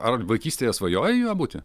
ar vaikystėje svajojai juo būti